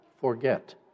forget